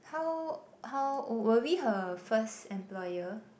how how old were we her first employer